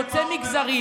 הרי זה חוצה מגזרים: